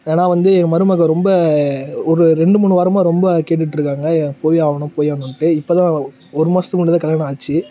ஏன்னால் வந்து எங்க மருமகள் ரொம்ப ஒரு ரெண்டு மூணு வாரமாக ரொம்ப கேட்டுகிட்டு இருக்காங்க எனக்கு போயே ஆகணும் போய் ஆகணுன்ட்டு இப்போ தான் ஒரு மாசத்துக்கு முன்னாடி தான் கல்யாணம் ஆச்சு